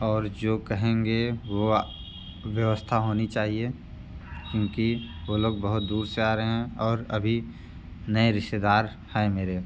और जो कहेंगे वो व्यवस्था होनी चाहिए क्योंकि वो लोग बहुत दूर से आ रहें और अभी नए रिश्तेदार हैं मेरे